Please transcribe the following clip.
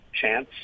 chance